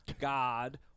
God